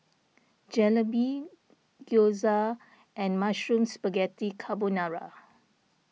Jalebi Gyoza and Mushroom Spaghetti Carbonara